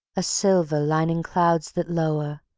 a silver lining clouds that low'r,